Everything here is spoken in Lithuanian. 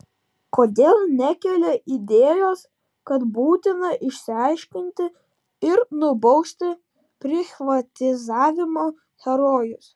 kodėl nekelia idėjos kad būtina išsiaiškinti ir nubausti prichvatizavimo herojus